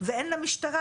ואין למשטרה?